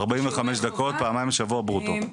ארבעים וחמש דקות פעמיים בשבוע ברוטו.